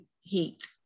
heat